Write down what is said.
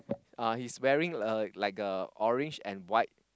uh he's wearing a like a orange and white